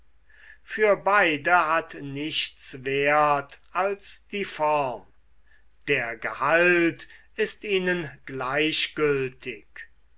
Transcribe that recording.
für beide hat nichts wert als die form der gehalt ist ihnen gleichgültig